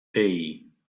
hey